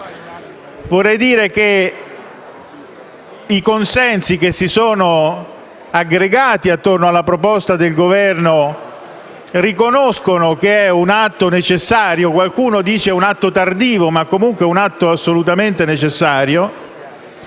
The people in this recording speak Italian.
Vorrei dire che i consensi che si sono aggregati attorno alla proposta del Governo riconoscono che è un atto necessario; qualcuno dice tardivo, ma comunque è un atto assolutamente necessario.